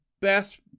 best